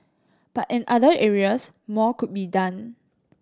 but in other areas more could be done